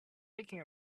making